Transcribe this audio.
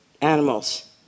animals